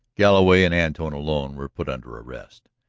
galloway and antone alone were put under arrest,